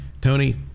Tony